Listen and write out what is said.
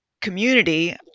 community